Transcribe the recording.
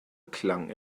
klang